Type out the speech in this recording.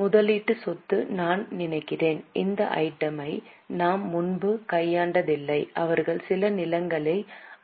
முதலீட்டு சொத்து நான் நினைக்கிறேன் இந்த ஐட்டம் யை நாம் முன்பு கையாண்டதில்லை அவர்கள் சில நிலங்களை